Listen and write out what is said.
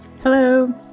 Hello